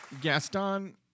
Gaston